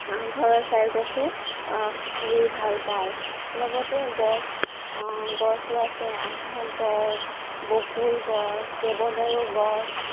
ঘৰৰ চাৰিওকাষে ৰুই ভাল পাওঁ লগতে গছ গছো আছে আঁহত গছ বকুল গছ দেৱদাৰু গছ